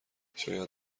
شاید